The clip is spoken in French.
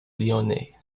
lyonnais